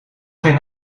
geen